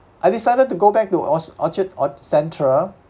I decided to go back to os~ orchard ord~ central